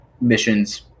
missions